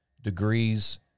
degrees